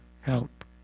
help